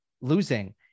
losing